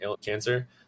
cancer